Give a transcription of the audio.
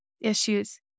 Issues